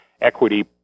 equity